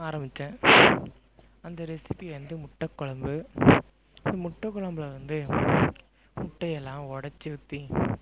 ஆரம்மிச்சேன் அந்த ரெசிப்பி வந்து முட்டைக் குழம்பு முட்டைக்கொழம்புல வந்து முட்டையெல்லாம் உடச்சி ஊற்றி